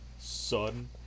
son